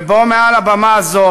ובוא מעל הבמה הזאת